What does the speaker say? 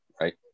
right